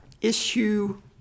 issue